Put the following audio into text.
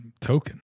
token